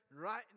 right